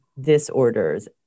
disorders